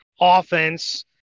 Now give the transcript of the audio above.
offense